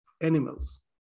animals